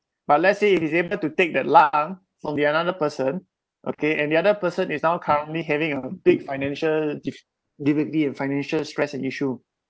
but let's say if he's able to take that lung from the another person okay and the other person is now currently having a big financial difficulty in financial stress and issue